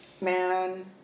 Man